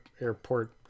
airport